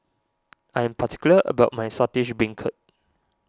I am particular about my Saltish Beancurd